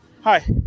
Hi